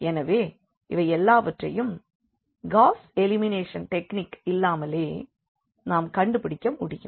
எனவே இவை எல்லாவற்றையும் காஸ் எலிமினேஷன் டெக்னிக் இல்லாமலே நாம் கண்டுபிடிக்க முடியும்